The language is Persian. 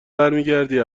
برمیگردی